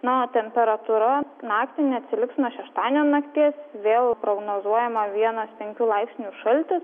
na o temperatūra naktį neatsiliks nuo šeštadienio nakties vėl prognozuojama vienas penkių laipsnių šaltis